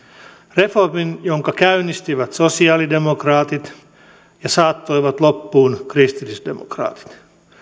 reformin jonka käynnistivät sosialidemokraatit ja saattoivat loppuun kristillisdemokraatit